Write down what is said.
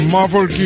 Marvel